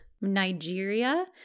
Nigeria